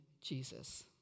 Jesus